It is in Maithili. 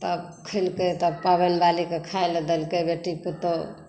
तब खेलकै तब पाबनि बाली के खायले देलकै बेटी पुतौह